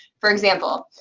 for example,